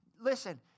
Listen